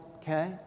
okay